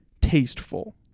tasteful